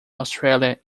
australia